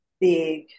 big